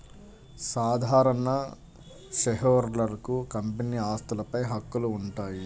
సాధారణ షేర్హోల్డర్లకు కంపెనీ ఆస్తులపై హక్కులు ఉంటాయి